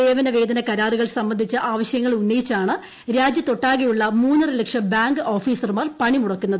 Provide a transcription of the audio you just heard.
സേവന വേതന കരാറുകൾ സംബന്ധിച്ച ആവശ്യങ്ങൾ ഉന്നയിച്ചാണ് രാജ്യത്തൊട്ടാകെയുള്ള മൂന്നരലക്ഷം ബാങ്ക് ഓഫീസർമാർ പണിമുടക്കുന്നത്